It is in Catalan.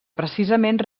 precisament